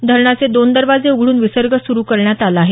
धरणाचे दोन दरवाजे उघडून विसर्ग सुरू करण्यात आला आहे